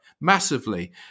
massively